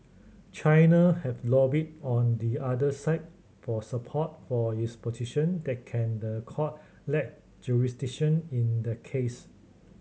China have lobbied on the other side for support for its position that can the court lack jurisdiction in the case